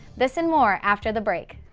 this and more after the break.